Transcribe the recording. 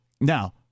Now